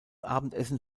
abendessen